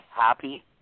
happy